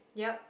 yup